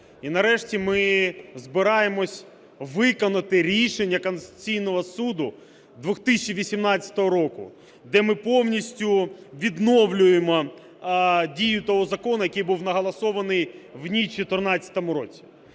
і нарешті ми збираємося виконати рішення Конституційного Суду 2018 року, де ми повністю відновлюємо дію того закону, який був наголосований в ніч у 14-му році.